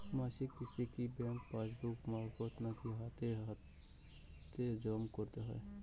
মাসিক কিস্তি কি ব্যাংক পাসবুক মারফত নাকি হাতে হাতেজম করতে হয়?